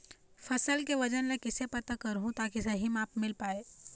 फसल के वजन ला कैसे पता करहूं ताकि सही मापन मील पाए?